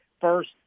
first